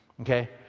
Okay